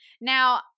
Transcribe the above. Now